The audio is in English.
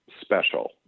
special